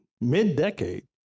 mid-decade